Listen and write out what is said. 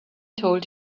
told